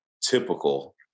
typical